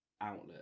outlet